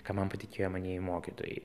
ką man patikėjo manieji mokytojai